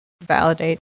validate